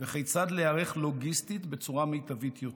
וכיצד להיערך לוגיסטית בצורה מיטבית יותר,